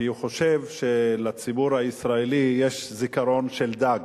כי הוא חושב שלציבור הישראלי יש זיכרון של דג,